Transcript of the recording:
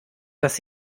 das